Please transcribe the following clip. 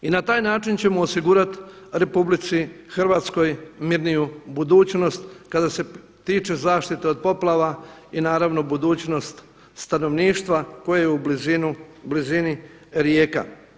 I na taj način ćemo osigurati Republici Hrvatskoj mirniju budućnost kada se tiče zaštite od poplava i naravno budućnost stanovništva koje u blizini rijeka.